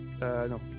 no